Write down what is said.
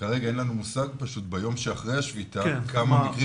כרגע אין לנו מושג ביום שאחרי השביתה כמה מקרים